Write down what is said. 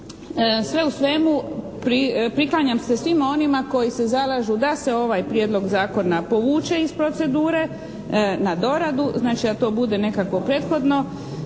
Sve u svemu priklanjam se svima onima koji se zalažu da se ovaj prijedlog zakona povuče iz procedure na doradu, znači da to bude nekakvo prethodno